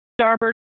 starboard